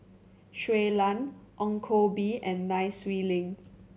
Shui Lan Ong Koh Bee and Nai Swee Leng